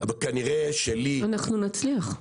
-- אנחנו נצליח.